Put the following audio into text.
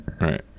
Right